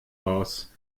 aus